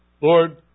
Lord